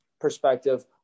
perspective